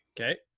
Okay